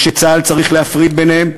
ושצה"ל צריך להפריד ביניהם,